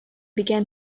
began